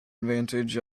advantage